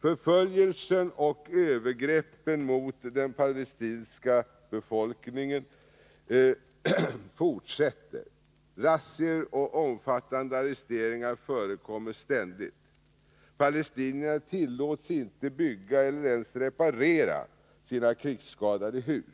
Förföljelsen av och övergreppen mot den palestinska befolkningen fortsätter. Razzior och omfattande arresteringar förekommer ständigt. Palestinier tillåts inte bygga eller ens reparera sina krigsskadade hus.